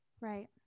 right